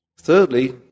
Thirdly